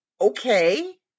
Okay